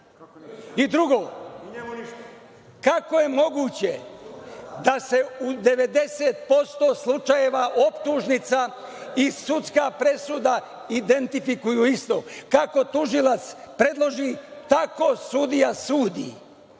kako je moguće da se u 90% slučajeva optužnica i sudska presuda identifikuju isto? Kako tužilac predloži, tako sudija sudi.